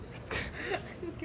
I just came up with it